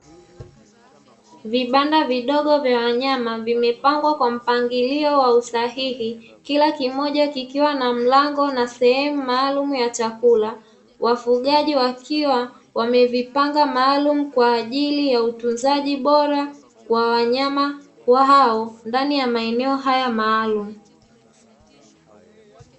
Vibanda vidogo vya wanyama vimepangwa kwa mpangilio wa usahihi, kila kimoja kikiwa na mlango na sehemu maalumu ya chakula. Wafugaji wakiwa wamevipanga maalumu kwa ajili ya utunzaji bora wa wanyama hao ndani ya maeneo haya maalumu.